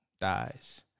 dies